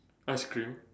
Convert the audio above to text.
ice cream